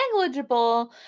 negligible